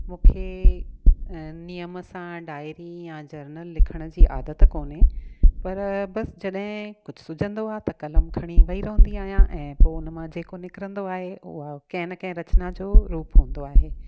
मूंखे ऐं नियम सां डायरी या जर्नल लिखण जी आदत कोन्हे पर बसि जॾहिं कुझु सुझंदो आहे त कलम खणी वेही रहंदी आहियां ऐं पोइ उन मां जेको निकिरंदो आहे उहा कंहिं न कंहिं रचिना जो रूप हूंदो आहे